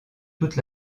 toute